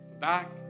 back